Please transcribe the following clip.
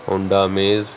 Honda amaze